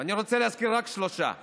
ואני רוצה לשאול אותך שאלה,